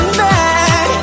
back